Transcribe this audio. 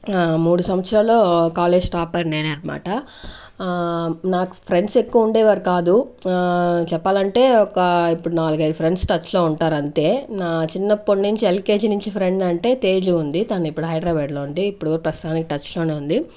ఆ మూడు సంవత్సరాలు కాలేజ్ టాపర్ ని నేనే అన్మాట ఆ నాకు ఫ్రెండ్స్ ఎక్కువ ఉండేవారు కాదు ఆ చెప్పాలంటే ఒక ఇప్పుడు నాలుగు ఐదు ఫ్రెండ్స్ టచ్ లో ఉంటారంతే నా చిన్నప్పట్నించి ఎల్కేజీ నుంచి ఫ్రెండ్ అంటే తేజు ఉంది తనిప్పుడు హైడ్రబ్యాడ్లో ఉంది అంటే ఇప్పుడు ప్రస్తుతానికి టచ్ లోనే ఉంది